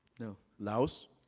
no. laos?